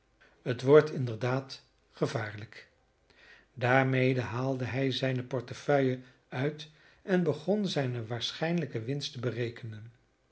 het wordt inderdaad gevaarlijk daarmede haalde hij zijne portefeuille uit en begon zijne waarschijnlijke winst te berekenen